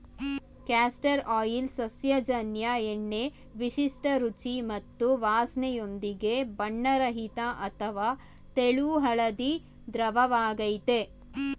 castor oil ಸಸ್ಯಜನ್ಯ ಎಣ್ಣೆ ವಿಶಿಷ್ಟ ರುಚಿ ಮತ್ತು ವಾಸ್ನೆಯೊಂದಿಗೆ ಬಣ್ಣರಹಿತ ಅಥವಾ ತೆಳು ಹಳದಿ ದ್ರವವಾಗಯ್ತೆ